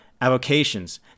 avocations